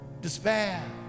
despair